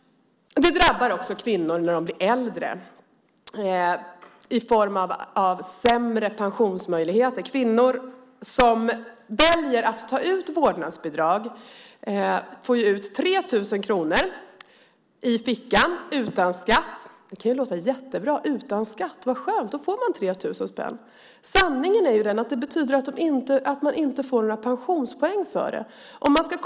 Det drabbar också kvinnor när de blir äldre i form av sämre pensionsmöjligheter. Kvinnor som väljer att ta ut vårdnadsbidrag får 3 000 kronor i fickan utan skatt. Det kan låta jättebra att det är utan skatt. Vad skönt! Då får man 3 000 spänn. Sanningen är den att man inte får några pensionspoäng för det.